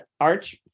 ARCH